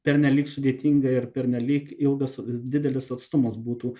pernelyg sudėtynga ir pernelyg ilgas didelis atstumas būtų